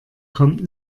kommt